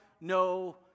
no